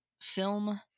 film